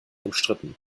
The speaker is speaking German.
umstritten